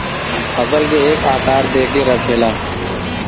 फसल के एक आकार दे के रखेला